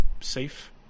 safe